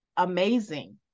amazing